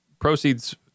proceeds